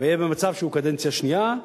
ויהיה במצב שהוא מכהן בקדנציה שנייה.